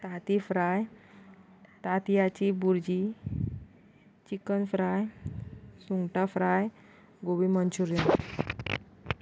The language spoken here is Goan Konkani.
ताती फ्राय तातियाची भुर्जी चिकन फ्राय सुंगटा फ्राय गोबी मंचुरीयन